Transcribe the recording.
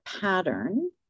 pattern